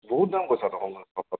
বহুত দাম কৈছা দেখোন